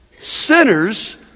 sinners